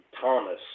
Thomas